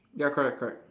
ya correct correct